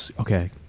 okay